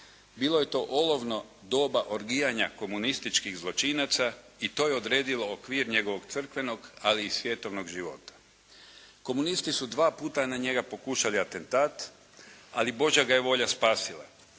Bilo je to olovno doba orgijanja komunističkih zločinaca i to je odredilo okvir njegovog crkvenog ali i svjetovnog života. Komunisti su dva puta na njega pokušali atentat, ali božja ga je volja spasila.